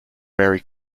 very